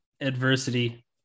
adversity